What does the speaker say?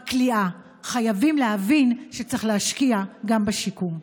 חייבים להבין שצריך להשקיע גם בשיקום.